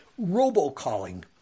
robocalling